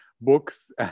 books